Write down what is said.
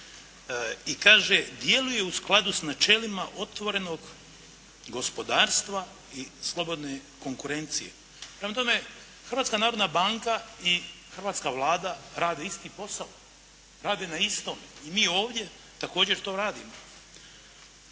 i kaže, djeluje u skladu s načelima otvorenog gospodarstva i slobodne konkurencije. Prema tome Hrvatska narodna banka i hrvatska Vlada rade isti posao, rade na istome. I mi ovdje također to radimo.